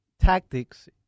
tactics